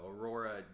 Aurora